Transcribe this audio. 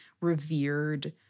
revered